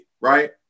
right